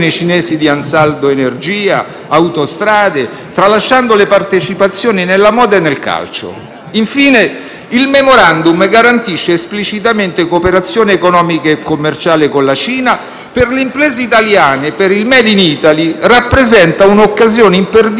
Infine, il *memorandum* garantisce esplicitamente cooperazione economica e commerciale con la Cina per le imprese italiane; per il *made in Italy* rappresenta un'occasione imperdibile di aumento dell'*export* verso un mercato in crescita come quello cinese, dal quale